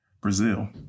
Brazil